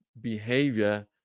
behavior